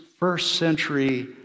first-century